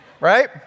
right